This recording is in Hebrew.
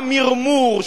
המרמור,